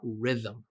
rhythm